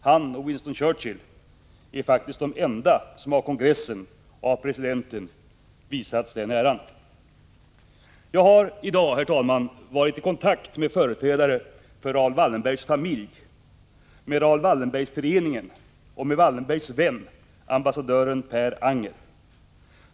Han och Winston Churchill är faktiskt de enda som av kongressen och presidenten visats den äran. Jag har i dag, herr talman, varit i kontakt med företrädare för Raoul Wallenbergs familj, med Raoul Wallenbergföreningen och med Wallenbergs vän, förre ambassadören Per Anger.